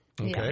Okay